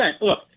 Look